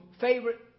favorite